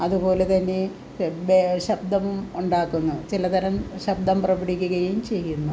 അതുപോലെതന്നെ ശബ്ദം ഉണ്ടാക്കുന്നു ചിലതരം ശബ്ദം പുറപ്പെടുവിക്കുകയും ചെയ്യുന്നു